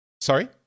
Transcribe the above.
Sorry